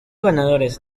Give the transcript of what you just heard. ganadores